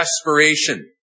desperation